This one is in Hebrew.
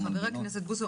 חבר הכנסת בוסי,